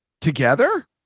Together